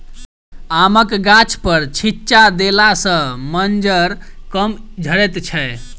आमक गाछपर छिच्चा देला सॅ मज्जर कम झरैत छै